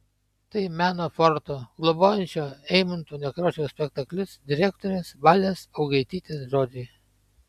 tai meno forto globojančio eimunto nekrošiaus spektaklius direktorės valės augaitytės žodžiai